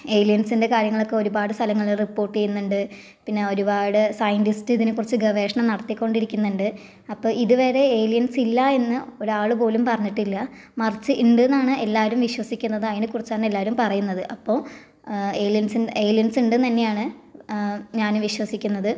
ഏലിയൻസിൻ്റെ കാര്യങ്ങളൊക്കെ ഒരുപാട് സ്ഥലങ്ങളിൽ റിപ്പോർട്ട് ചെയ്യുന്നുണ്ട് പിന്നെ ഒരുപാട് സൈന്റിസ്റ്റ് ഇതിനെക്കുറിച്ച് ഗവേഷണം നടത്തിക്കൊണ്ടിരിക്കുന്നുണ്ട് അപ്പോൾ ഇതുവരെ ഏലിയൻസ് ഇല്ല എന്ന് ഒരാളുപോലും പറഞ്ഞിട്ടില്ല മറിച്ച് ഉണ്ട് എന്നാണ് എല്ലാവരും വിശ്വസിക്കുന്നത് അതിനെ കുറിച്ചാണ് എല്ലാവരും പറയുന്നത് അപ്പോൾ ഏലിയൻസ് ഏലിയൻസ് ഉണ്ട് എന്ന് തന്നെയാണ് ഞാനും വിശ്വസിക്കുന്നത്